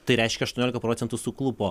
tai reiškia aštuoniolika procentų suklupo